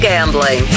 Gambling